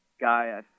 guy